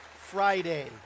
Friday